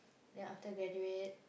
then after graduate